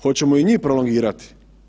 Hoćemo i njih prolongirati?